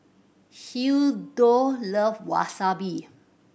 Hildur love Wasabi